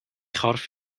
chorff